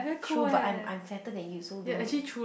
true but I'm I'm fatter than you so don't b~